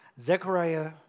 Zechariah